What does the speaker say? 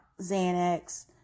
Xanax